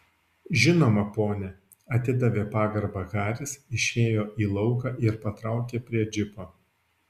žinoma pone atidavė pagarbą haris išėjo į lauką ir patraukė prie džipo